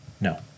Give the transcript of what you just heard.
No